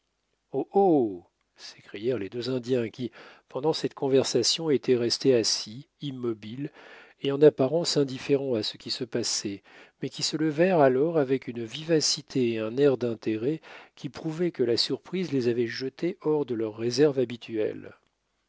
s'écrièrent les deux indiens qui pendant cette conversation étaient restés assis immobiles et en apparence indifférents à ce qui se passait mais qui se levèrent alors avec une vivacité et un air d'intérêt qui prouvaient que la surprise les avait jetés hors de leur réserve habituelle